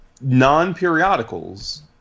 Non-periodicals